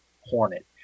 Hornet